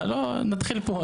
לא, נתחיל מפה.